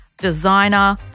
designer